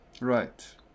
Right